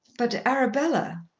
but arabella.